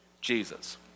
Jesus